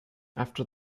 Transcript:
after